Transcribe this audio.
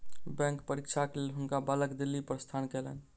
bank परीक्षाक लेल हुनका बालक दिल्ली प्रस्थान कयलैन